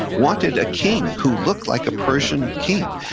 wanted a king who looked like a persian king.